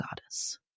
Goddess